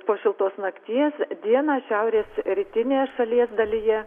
po šiltos nakties dieną šiaurės rytinėje šalies dalyje